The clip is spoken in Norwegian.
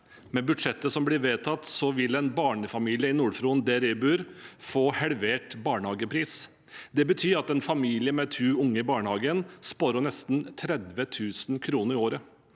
Med budsjettet som blir vedtatt, vil en barnefamilie i Nord-Fron, der jeg bor, få halvert barnehagepris. Det betyr at en familie med to unger i barnehagen sparer nesten 30 000 kr i året.